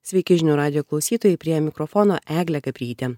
sveiki žinių radijo klausytojai prie mikrofono eglė gabrytė